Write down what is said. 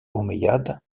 omeyyade